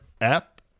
app